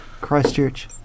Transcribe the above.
Christchurch